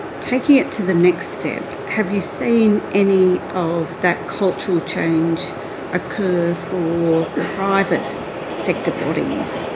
taking it to the next step have you seen any of that cultural change occur for private sector bodies,